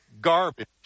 garbage